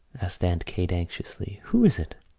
asked aunt kate anxiously. who is it?